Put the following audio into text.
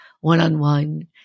one-on-one